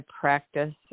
practice